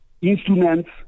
Instruments